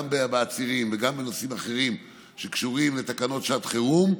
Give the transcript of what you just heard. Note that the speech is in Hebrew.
גם העצירים וגם נושאים אחרים שקשורים לתקנות שעת חירום,